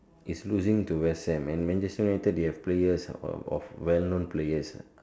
is losing to West Ham and Manchester United they have player of well known players